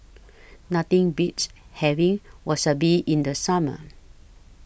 Nothing Beats having Wasabi in The Summer